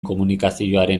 komunikazioaren